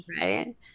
right